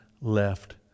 left